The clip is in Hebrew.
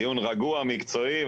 דיון רגוע ומקצועי.